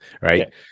right